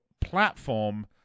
platform